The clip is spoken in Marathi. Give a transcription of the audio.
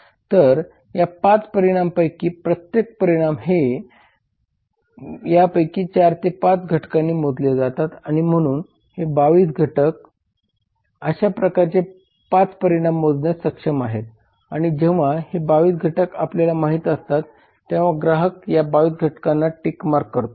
तर या 5 परिमाणांपैकी प्रत्येक परिणाम हे यापैकी 4 ते 5 घटकांनी मोजले जातात आणि म्हणून हे 22 घटक अशा प्रकारचे 5 परिमाण मोजण्यास सक्षम आहेत आणि जेव्हा हे 22 घटक आपल्याला माहीत असतात तेव्हा ग्राहक या 22 घटकांना टिक मार्क करतो